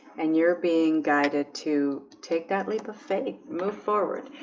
and you're being guided to take that leap of faith move forward.